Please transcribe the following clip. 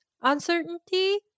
uncertainty